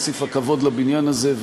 הוסיפה כבוד לבניין הזה,